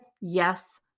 yes